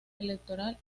electoral